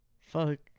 Fuck